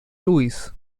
louis